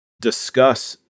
discuss